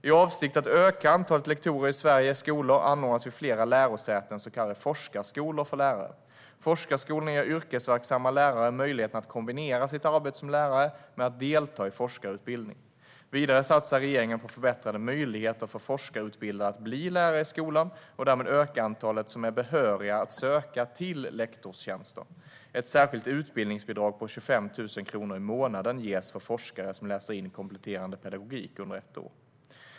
I avsikt att öka antalet lektorer i Sveriges skolor anordnas vid flera lärosäten så kallade forskarskolor för lärare. Forskarskolorna ger yrkesverksamma lärare möjlighet att kombinera sitt arbete som lärare med att delta i forskarutbildning. Vidare satsar regeringen på förbättrade möjligheter för forskarutbildade att bli lärare i skolan och därmed öka antalet som är behöriga att söka till lektorstjänster. Ett särskilt utbildningsbidrag på 25 000 kronor i månaden ges för forskare som läser in kompletterande pedagogik under ett år.